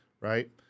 Right